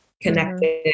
connected